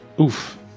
oof